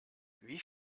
wie